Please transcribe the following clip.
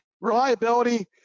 reliability